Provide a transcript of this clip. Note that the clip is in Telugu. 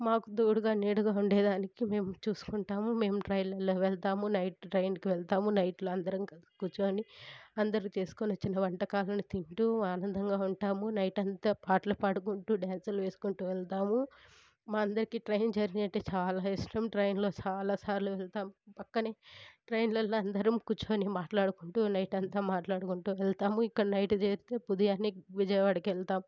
మాకు తోడుగా నీడగా ఉండే దానికి మేము చూసుకుంటాము మేము రైళ్లలో వెళ్తాము నైట్ ట్రైన్కి వెళ్తాము నైట్లో అందరం కూర్చుని అందరు చేసుకొని వచ్చిన వంటకాలని తింటూ ఆనందంగా ఉంటాము నైట్ అంతా పాటలు పాడుకుంటూ డాన్సులు వేసుకుంటూ వెళ్తాము మా అందరికీ ట్రైన్ జర్నీ అంటే చాలా ఇష్టం ట్రైన్లో చాలాసార్లు వెళ్తాము పక్కనే ట్రైన్లో అందరం కూర్చొని మాట్లాడుకుంటూ నైట్ అంతా మాట్లాడుకుంటూ వెళ్తాము ఇక్కడ నైట్ ఎక్కితే ఉదయానికి విజయవాడ వెళ్తాము